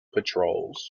patrols